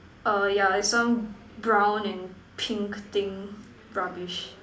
err yeah it's some brown and pink thing rubbish